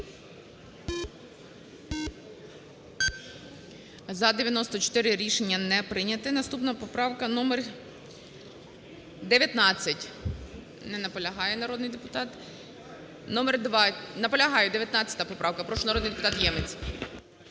За-94 Рішення не прийняте. Наступна поправка - номер 19. Не наполягає народний депутат. Номер… Наполягає, 19 поправка. Прошу, народний депутат Ємець.